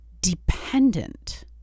dependent